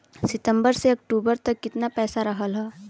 सितंबर से अक्टूबर तक कितना पैसा रहल ह?